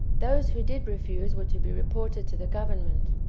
those who did refuse were to be reported to the government.